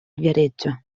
viareggio